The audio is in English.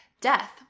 death